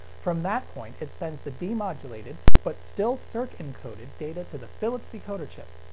from that point, it sends the demodulated, but still circ encoded, data to the philips decoder chip.